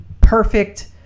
perfect